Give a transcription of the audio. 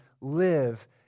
live